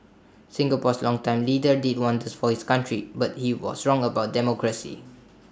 Singapore's longtime leader did wonders for his country but he was wrong about democracy